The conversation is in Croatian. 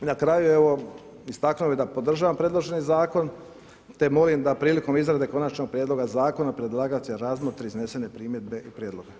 Na kraju, istaknuo bi da podržavam predloženi zakon, te molim da prilikom izrade konačnog prijedloga zakona, predlagatelj razmotri iznesene primjedbe i prijedloge.